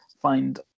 find